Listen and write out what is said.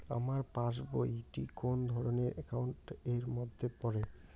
আমার পাশ বই টি কোন ধরণের একাউন্ট এর মধ্যে পড়ে?